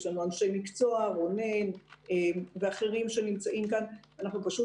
יש לנו אנשי מקצוע רונן ואחרים שנמצאים כאן אנחנו פשוט